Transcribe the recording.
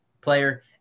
player